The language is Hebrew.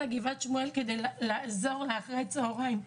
לגבעת שמואל כדי לעזור לאלמנה אחר הצהריים.